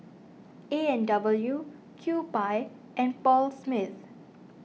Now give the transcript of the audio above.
A and W Kewpie and Paul Smith